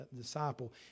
disciple